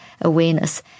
awareness